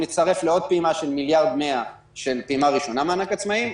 זה מצטרף לעוד פעימה של 1.1 מיליארד של פעימה ראשונה מענק עצמאיים,